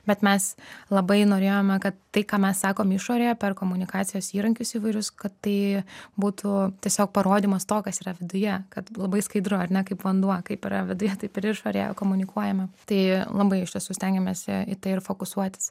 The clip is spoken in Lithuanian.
bet mes labai norėjome kad tai ką mes sakom išorėje per komunikacijos įrankius įvairius kad tai būtų tiesiog parodymas to kas yra viduje kad labai skaidru ar ne kaip vanduo kaip yra viduje taip ir išorėje komunikuojame tai labai iš tiesų stengiamės į tai ir fokusuotis